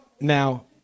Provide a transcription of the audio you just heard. Now